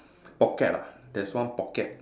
pocket lah there's one pocket